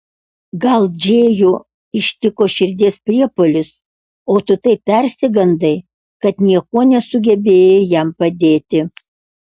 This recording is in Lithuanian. gal džėjų ištiko širdies priepuolis o tu taip persigandai kad niekuo nesugebėjai jam padėti